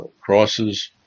crosses